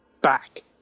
back